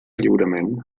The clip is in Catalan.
lliurement